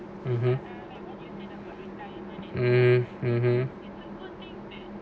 (uh huh) uh (uh huh)